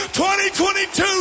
2022